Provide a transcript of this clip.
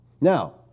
Now